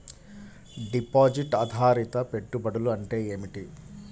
Deposit ఆధారిత పెట్టుబడులు అంటే ఏమిటి?